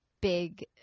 big